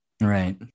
Right